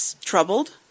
troubled